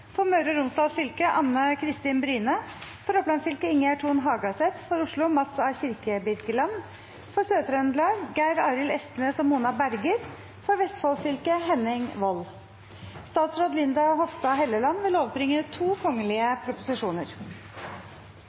For Møre og Romsdal fylke: Anne Kristin Bryne For Oppland fylke: Ingjerd Thon Hagaseth For Oslo: Mats A. Kirkebirkeland For Sør-Trøndelag: Geir Arild Espnes og Mona Berger For Vestfold fylke: Henning Wold Presidenten vil